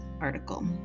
article